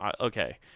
Okay